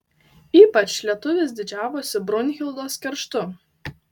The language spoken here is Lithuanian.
ypač lietuvis didžiavosi brunhildos kerštu